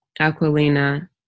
Aquilina